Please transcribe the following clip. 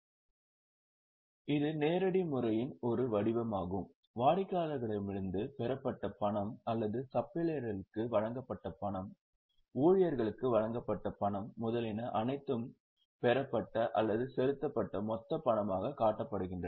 இப்போது இது நேரடி முறையின் ஒரு வடிவமாகும் வாடிக்கையாளர்களிடமிருந்து பெறப்பட்ட பணம் அல்லது சப்ளையர்களுக்கு வழங்கப்பட்ட பணம் ஊழியர்களுக்கு வழங்கப்பட்ட பணம் முதலியன அனைத்தும் பெறப்பட்ட அல்லது செலுத்தப்பட்ட மொத்த பணமாகக் காட்டப்படுகின்றன